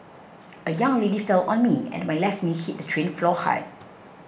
a young lady fell on me and my left knee hit the train floor hard